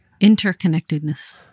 interconnectedness